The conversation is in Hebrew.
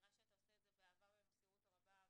נראה שאתה עושה את זה באהבה ובמסירות רבה,